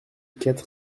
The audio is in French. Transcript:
quatre